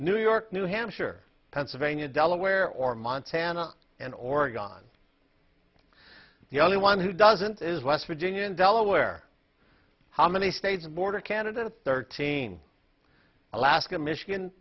new york new hampshire pennsylvania delaware or montana and oregon the only one who doesn't is west virginia and delaware how many states border canada thirteen alaska michigan